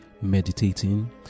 meditating